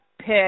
pick